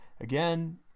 again